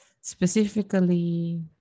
specifically